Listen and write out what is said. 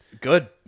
Good